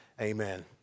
Amen